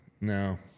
No